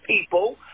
people